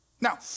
Now